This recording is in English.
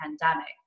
pandemic